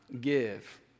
give